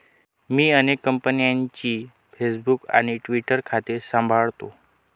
मी अनेक कंपन्यांची फेसबुक आणि ट्विटर खाती सांभाळतो